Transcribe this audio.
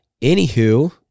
Anywho